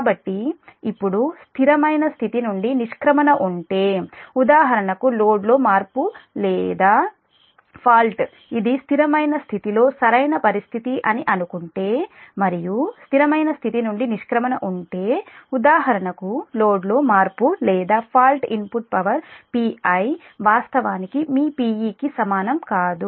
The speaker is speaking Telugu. కాబట్టి ఇప్పుడు స్థిరమైన స్థితి నుండి నిష్క్రమణ ఉంటే ఉదాహరణకు లోడ్లో మార్పు లేదా ఫాల్ట్ ఇది స్థిరమైన స్థితిలో సరైన పరిస్థితి అని అనుకుంటే మరియు స్థిరమైన స్థితి నుండి నిష్క్రమణ ఉంటే ఉదాహరణకు లోడ్లో మార్పు లేదా ఫాల్ట్ ఇన్పుట్ పవర్ Pi వాస్తవానికి మీ Pe కి సమానం కాదు